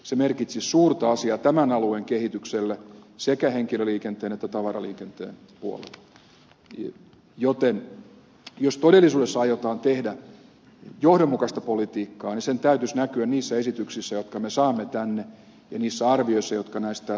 se merkitsisi suurta asiaa tämän alueen kehitykselle sekä henkilöliikenteen että tavaraliikenteen puolella joten jos todellisuudessa aiotaan tehdä johdonmukaista politiikkaa niin sen täytyisi näkyä niissä esityksissä jotka me saamme tänne ja niissä arvioissa jotka näistä päästökauppaehdotuksista tehdään